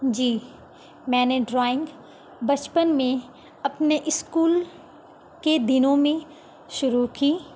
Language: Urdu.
جی میں نے ڈرائنگ بچپن میں اپنے اسکول کے دنوں میں شروع کی